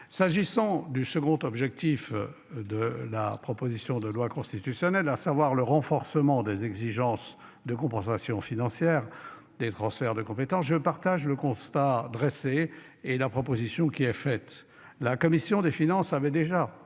s'agissant du second objectif de la proposition de loi constitutionnelle, à savoir le renforcement des exigences de compensation financière des transferts de compétences. Je partage le constat dressé et la proposition qui est faite, la commission des finances avait déjà